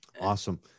Awesome